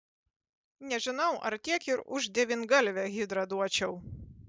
nežinau ar tiek ir už devyngalvę hidrą duočiau